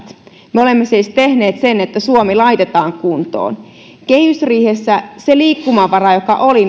me olemme siis tehneet sen että suomi laitetaan kuntoon kehysriihessä se liikkumavara joka oli